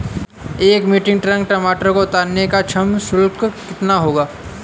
एक metric ton टमाटर को उतारने का श्रम शुल्क कितना होगा?